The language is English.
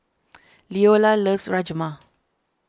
Leola loves Rajma